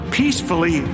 peacefully